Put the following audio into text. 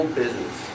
business